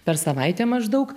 per savaitę maždaug